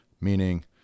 Meaning